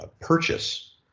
purchase